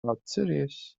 atceries